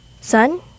Son